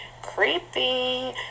creepy